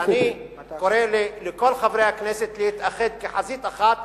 אני קורא לכל חברי הכנסת להתאחד כחזית אחת